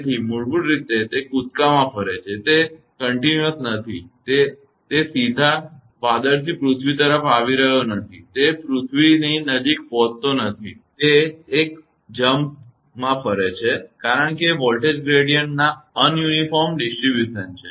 તેથી મૂળભૂત રીતે તે કૂદકામાં ફરે છે તે સતત નથી કે સીધા તે વાદળથી પૃથ્વી પર આવી રહયો નથી તે પૃથ્વીની નજીક પહોંચતો નથી તે એક જમ્પમાંકૂદકામાં ફરે છે કારણ કે તે વોલ્ટેજ ગ્રેડીયંટના અન સમાન વિતરણ છે